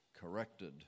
corrected